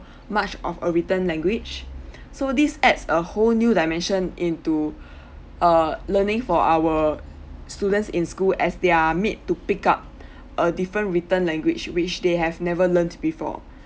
much of a written language so this adds a whole new dimension into uh learning for our students in school as their meet to pick up a different written language which they have never learned before